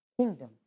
Kingdom